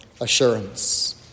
assurance